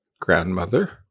grandmother